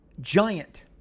giant